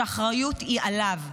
שהאחריות היא עליו,